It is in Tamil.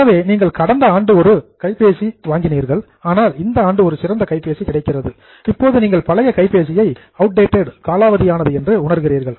எனவே நீங்கள் கடந்த ஆண்டு ஒரு புதிய கைபேசி வாங்கினீர்கள் ஆனால் இந்த ஆண்டு ஒரு சிறந்த கைபேசி கிடைக்கிறது இப்போது நீங்கள் பழைய கைபேசியை அவுட்டேடட் காலாவதியானது என்று உணர்கிறீர்கள்